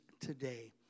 today